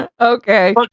Okay